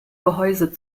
gehäuse